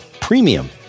premium